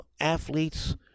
athletes